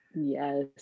Yes